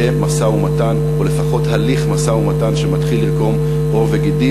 יהיה משא-ומתן או לפחות הליך משא-ומתן שמתחיל לקרום עור וגידים.